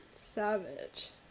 Savage